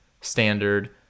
standard